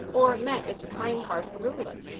or met its kind-hearted ruler.